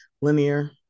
linear